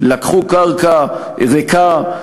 לקחו קרקע ריקה,